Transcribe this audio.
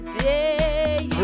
day